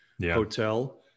Hotel